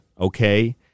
okay